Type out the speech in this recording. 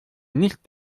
nicht